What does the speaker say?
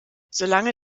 solange